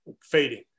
fading